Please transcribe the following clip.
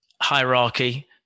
hierarchy